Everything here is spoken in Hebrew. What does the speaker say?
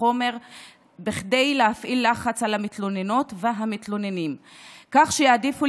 החומר כדי להפעיל לחץ על המתלוננות והמתלוננים כך שיעדיפו